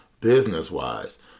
business-wise